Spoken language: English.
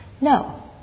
No